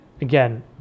again